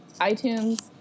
iTunes